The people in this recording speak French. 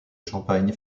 champagne